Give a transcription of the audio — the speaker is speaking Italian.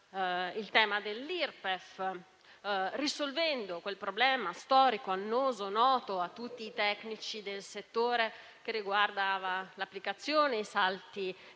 il tema dell'Irpef, risolvendo quel problema storico, annoso, noto a tutti i tecnici del settore, che riguardava l'applicazione e i salti